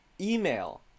email